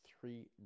three